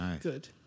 Good